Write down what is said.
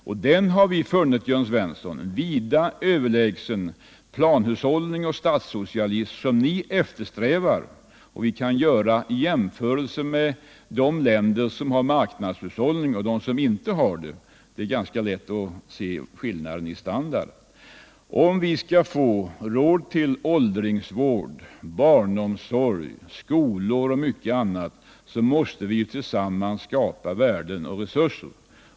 Vi har, Jörn Svensson, funnit denna vida överlägsen den planhushållning och den statssocialism som ni eftersträvar. Vi kan göra jämförelser mellan de länder som har marknadshushållning och de länder som inte har Näringspolitiken Niäringspolitiken det. Det är då ganska lätt att se skillnaden i standard. Om vi skall få råd till åldringsvård, barnomsorg, skolor och mycket annat måste vi tillsammans skapa värden och resurser.